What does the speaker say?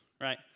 right